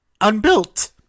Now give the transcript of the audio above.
unbuilt